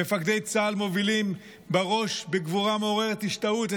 מפקדי צה"ל מובילים את הכוחות בראש בגבורה מעוררת השתאות,